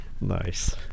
Nice